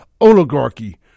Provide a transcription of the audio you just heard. oligarchy